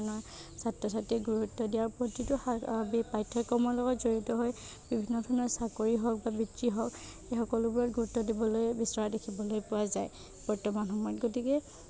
ছাত্ৰ ছাত্ৰীয়ে গুৰুত্ব দিয়ে আৰু প্ৰতিটো পাঠ্যক্ৰমৰ লগত জড়িত হৈ বিভিন্ন ধৰণৰ চাকৰি হওঁক বা বৃত্তি হওঁক এই সকলোবোৰত গুৰুত্ব দিবলৈ বিচৰা দেখিবলৈ পোৱা যায় বৰ্তমান সময়ত গতিকে